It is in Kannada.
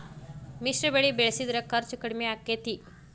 ಮಿಶ್ರ ಬೆಳಿ ಬೆಳಿಸಿದ್ರ ಖರ್ಚು ಕಡಮಿ ಆಕ್ಕೆತಿ?